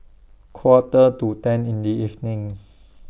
Quarter to ten in The evening